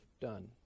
done